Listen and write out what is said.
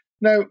Now